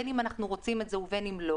בין אם אנחנו רוצים או לא,